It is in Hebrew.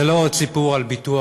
זה לא עוד סיפור על ביטוח.